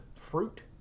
fruit